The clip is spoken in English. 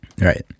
Right